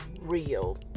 real